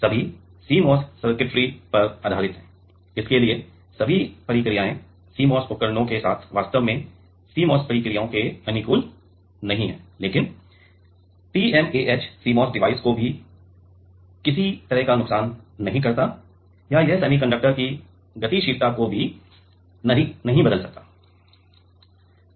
सभी CMOS circuitry पर आधारित हैं इसके लिए सभी प्रक्रियाएं CMOS उपकरणों के साथ वास्तव में CMOS प्रक्रियाओं के अनुकूल नहीं हैं लेकिन TMAH CMOS डिवाइस को किसी भी तरह का नुकसान नहीं करता है या यह सेमीकंडक्टर की गतिशीलता को नहीं बदल सकता है